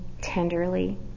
tenderly